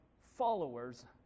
followers